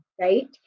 right